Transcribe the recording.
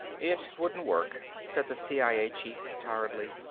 it wouldn't work, said the cia chief tiredly.